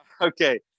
Okay